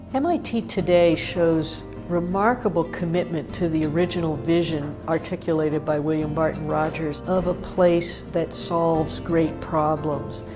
mit today shows remarkable commitment to the original vision articulated by william barton rogers of a place that solves great problems,